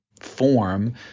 form